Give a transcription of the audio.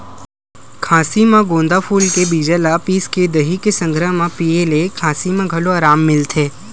खाँसी म गोंदा फूल के बीजा ल पिसके दही के संघरा म पिए ले खाँसी म घलो अराम मिलथे